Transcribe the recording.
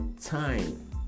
time